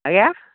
ଆଜ୍ଞା